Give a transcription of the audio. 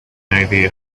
idea